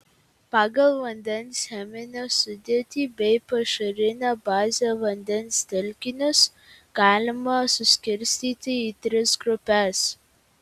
pagal vandens cheminę sudėtį bei pašarinę bazę vandens telkinius galima suskirstyti į tris grupes